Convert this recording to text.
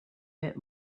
bit